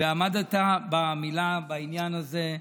ועמדת במילה בעניין הזה.